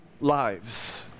lives